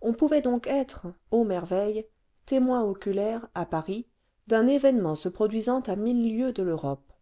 on pouvait donc être ô merveille témoin oculaire à paris d'un événement se produisant à mille lieues de l'europe